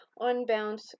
unbound